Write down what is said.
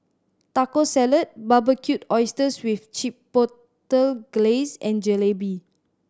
Taco Salad Barbecued Oysters with Chipotle Glaze and Jalebi